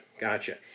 gotcha